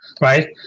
right